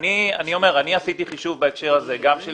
אני אומר שאני עשיתי חישוב בהקשר הזה גם של